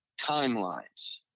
timelines